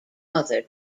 other